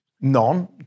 None